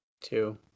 two